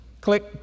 Click